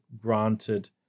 granted